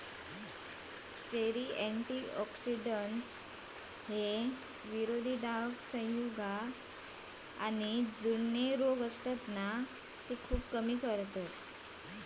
cherry antioxidants, विरोधी दाहक संयुगे, जुनाट रोग कमी करतत